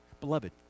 Beloved